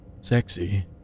Sexy